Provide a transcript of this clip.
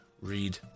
Read